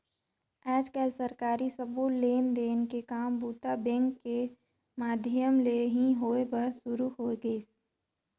आयज कायल सरकारी सबो लेन देन के काम बूता बेंक के माधियम ले ही होय बर सुरू हो गइसे